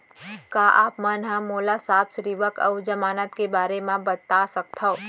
का आप मन मोला संपार्श्र्विक अऊ जमानत के बारे म बता सकथव?